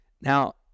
Now